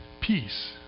Peace